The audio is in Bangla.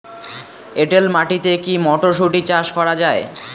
এটেল মাটিতে কী মটরশুটি চাষ করা য়ায়?